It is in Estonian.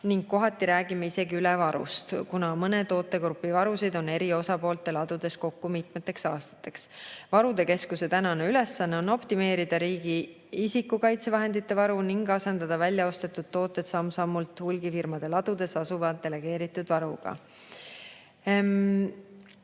ning kohati räägime isegi ülevarust, kuna mõne tootegrupi varu on eri osapoolte ladudes kokku mitmeks aastaks. Varude keskuse ülesanne on optimeerida riigi isikukaitsevahendite varu ning asendada väljaostetud tooted samm-sammult hulgifirmade ladudes asuva delegeeritud varuga.